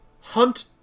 hunt